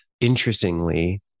interestingly